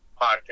podcast